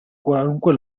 qualunque